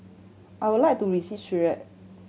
I would like to visit Syria